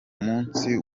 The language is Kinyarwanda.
munsi